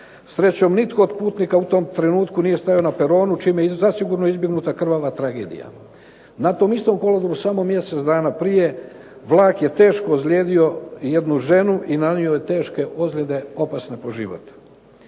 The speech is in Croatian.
Srećom nitko od putnika u tom trenutku nije stajao na peronu čime je zasigurno izbjegnuta krvava tragedija. Na tom istom kolodvoru samo mjesec dana prije, vlak je teško ozlijedio jednu ženu i nanio joj teške ozljede opasne po život".